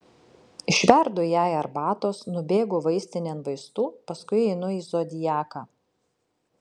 išverdu jai arbatos nubėgu vaistinėn vaistų paskui einu į zodiaką